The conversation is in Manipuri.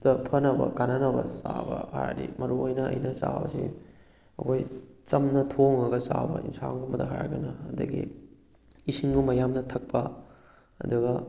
ꯗ ꯐꯅꯕ ꯀꯥꯟꯅꯅꯕ ꯆꯥꯕ ꯍꯥꯏꯔꯒꯗꯤ ꯃꯔꯨꯑꯣꯏꯅ ꯑꯩꯅ ꯆꯥꯕꯁꯤ ꯑꯩꯈꯣꯏ ꯆꯝꯅ ꯊꯣꯡꯉꯒ ꯆꯥꯕ ꯌꯦꯟꯁꯥꯡꯒꯨꯝꯕꯗ ꯍꯥꯏꯔꯒꯅ ꯑꯗꯨꯗꯒꯤ ꯏꯁꯤꯡꯒꯨꯝꯕ ꯌꯥꯝꯅ ꯊꯛꯄ ꯑꯗꯨꯒ